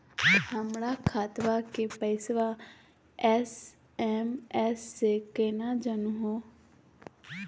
हमर खतवा के पैसवा एस.एम.एस स केना जानहु हो?